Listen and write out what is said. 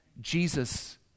Jesus